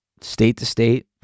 state-to-state